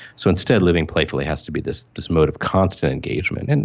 so instead living playfully has to be this this mode of constant engagement, and